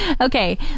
Okay